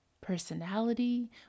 personality